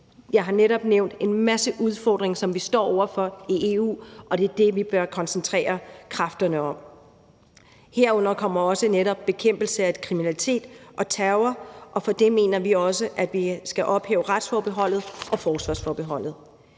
Jeg har netop nævnt en masse udfordringer, som vi står over for i EU, og det er dem, vi bør bruge kræfterne på. Herunder hører også netop bekæmpelse af kriminalitet og terror, og her mener vi også, at vi skal ophæve retsforbeholdet og forsvarsforbeholdet.